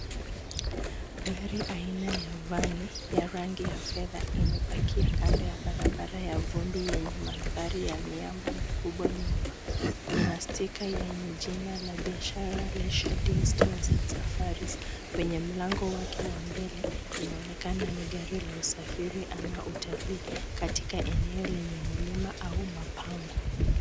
Gari aina ya vani ya rangi ya fedha imepakia kando ya barabara ya vumbi yenye mandhari ya miamba mikubwa nyuma. Ina sticker yenye jina la biashara Leisure Deals Tours and Safaris kwenye mlango wake wa mbele. Inaonekana ni gari la usafiri ama utalii katika eneo lenye milima au mapango.